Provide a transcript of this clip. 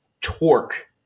torque –